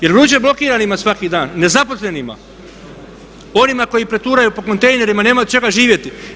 Jel' vruće blokiranima svaki dan, nezaposlenima, onima koji preturaju po kontejnerima i nemaju od čega živjeti?